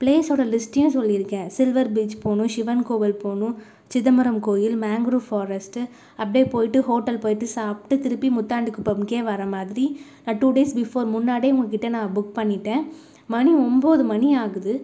ப்ளேஸோடய லிஸ்ட்டியும் சொல்லியிருக்கேன் silver beach போகணும் ஷிவன் கோவில் போகணும் சிதம்பரம் கோயில் மேங்ரூவ் ஃபாரஸ்ட்டு அப்படியே போயிட்டு ஹோட்டல் போயிட்டு சாப்பிட்டு திருப்பி முத்தாண்டி குப்பமுக்கே வர மாதிரி நான் டூ டேஸ் பிஃபோர் முன்னாடியே உங்கள்கிட்ட நான் புக் பண்ணிவிட்டேன் மணி ஒம்பது மணி ஆகுது